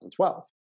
2012